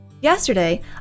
Yesterday